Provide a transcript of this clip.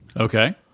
okay